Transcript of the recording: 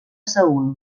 seül